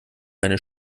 meine